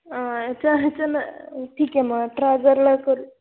हां ठीक आहे मग अठरा हजारला करू